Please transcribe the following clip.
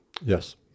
Yes